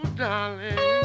darling